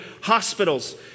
hospitals